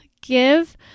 give